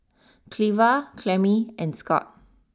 Cleva Clemmie and Scot